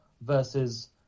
versus